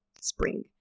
spring